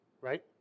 right